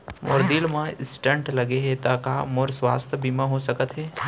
मोर दिल मा स्टन्ट लगे हे ता का मोर स्वास्थ बीमा हो सकत हे?